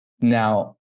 now